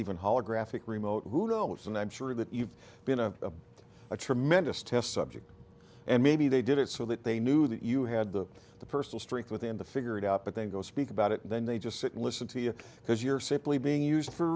even holographic remote who know what and i'm sure that you've been a tremendous test subject and maybe they did it so that they knew that you had the the personal streak within the figured out but then go speak about it and then they just sit and listen to you because you're simply being used for